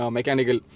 Mechanical